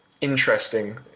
interesting